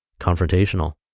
Confrontational